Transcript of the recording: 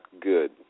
good